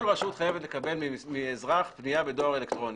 כל רשות חייבת לקבל מאזרח פנייה בדואר אלקטרוני.